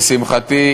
לשמחתי,